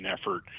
effort